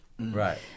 Right